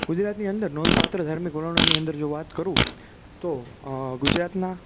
ગુંજરાતની અંદર નોંધપાત્ર ધાર્મિક વલણોની અંદર જો વાત કરું તો ગુજરાતનાં